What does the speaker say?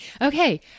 okay